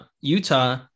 Utah